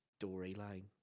Storyline